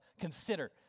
consider